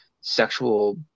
sexual